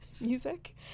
music